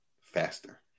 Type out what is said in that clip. faster